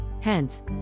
Hence